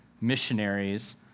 missionaries